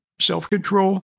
self-control